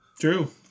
True